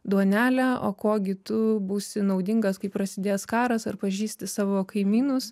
duonelę o kuo gi tu būsi naudingas kai prasidės karas ar pažįsti savo kaimynus